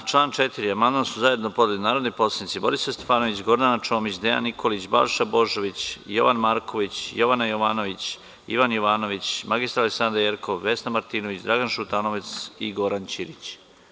Na član 4. amandman su zajedno podneli narodni poslanici Borislav Stefanović, Gordana Čomić, Dejan Nikolić, Balša Božović, Jovan Marković, Jovana Jovanović, Ivan Jovanović, mr Aleksandra Jerkov, Vesna Martinović, Dragan Šutanovac i Goran Ćirić.